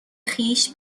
خویش